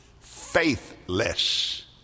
faithless